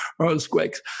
earthquakes